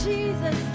Jesus